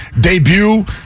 debut